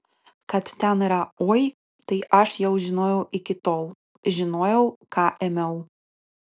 kad ten yra oi tai aš jau žinojau iki tol žinojau ką ėmiau